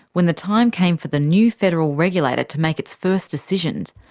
when the time came for the new federal regulator to make its first decisions,